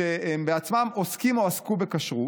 שהם בעצמם עוסקים או עסקו בכשרות,